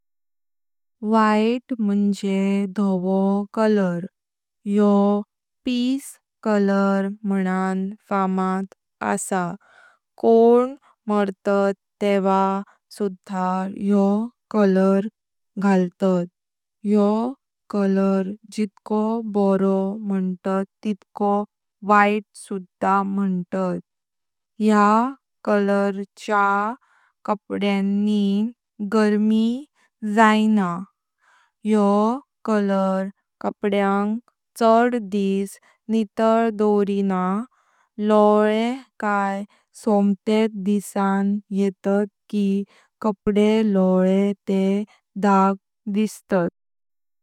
व्हाईट मुणजे धावो कलर। योह पीस कलर मानन फामद असा। कोण मरतात तेव्हा योह कलर घालतात। योह कलर जितको बरो मुनतत तितकोत वैत सुधा मंतात। या कलरच्या कापड्यांनी गर्मी जाईना। योह कलर कापड्यांक छड दिस नितळ दौवरीना लोईले काए समटेत दिसांक येतात कि कापडे लोईले ते डाग दिसतात।